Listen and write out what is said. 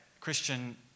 Christian